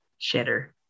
shitter